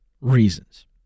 reasons